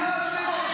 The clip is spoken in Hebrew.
נוכחת.